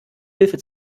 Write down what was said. hilfe